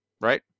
Right